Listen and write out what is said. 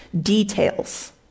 details